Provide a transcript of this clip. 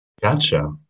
Gotcha